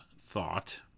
thought